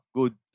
good